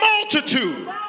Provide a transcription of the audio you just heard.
multitude